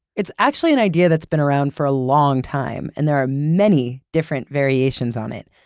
it's actually an idea that's been around for a long time and there are many, different variations on it.